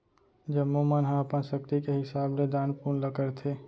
जम्मो मन ह अपन सक्ति के हिसाब ले दान पून ल करथे